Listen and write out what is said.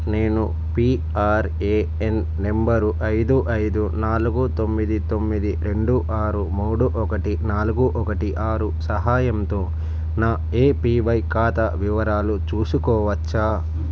నేను P R A N number ఐదు ఐదు నాలుగు తొమ్మిది తొమ్మిది రెండు ఆరు మూడు ఒకటి నాలుగు ఒకటి ఆరు సహాయంతో నా ఏపివై ఖాతా వివరాలు చూసుకోవచ్చా